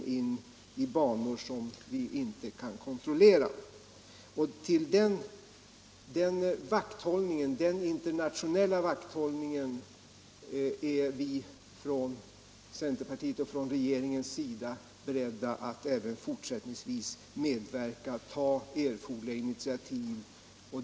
För den internationella vakthållningen är vi från regeringens sida beredda att fortsätta att ta erforderliga initiativ.